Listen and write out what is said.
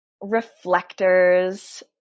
reflectors